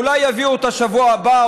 אולי יביאו אותה בשבוע הבא,